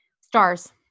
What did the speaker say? Stars